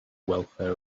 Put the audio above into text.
welfare